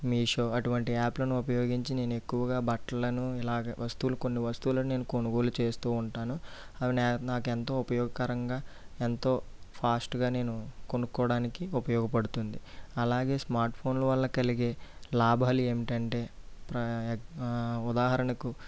మీషో అటువంటి యాప్లను ఉపయోగించి నేను ఎక్కువగా బట్టలను ఇలాగా వస్తువులు కొన్ని వస్తువులను నేను కొనుగోలు చేస్తు ఉంటాను అవి నా నాకు ఎంతో ఉపయోగకరంగా ఎంతో ఫాస్ట్గా నేను కొనుక్కోడానికి ఉపయోగపడుతుంది అలాగే స్మార్ట్ఫోన్ల వల్ల కలిగే లాభాలు ఏంటంటే ప్ర ఉదాహరణకు